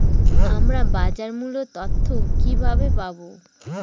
আমরা বাজার মূল্য তথ্য কিবাবে পাবো?